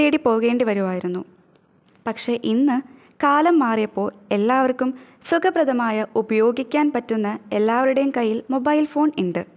തേടി പോകേണ്ടി വരുമായിരുന്നു പക്ഷേ ഇന്ന് കാലം മാറിയപ്പോൾ എല്ലാവർക്കും സുഖപ്രദമായ ഉപയോഗിക്കാൻ പറ്റുന്ന എല്ലാവരുടെയും കയ്യിൽ മൊബൈൽ ഫോൺ ഉണ്ട്